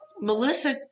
Melissa